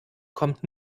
kommt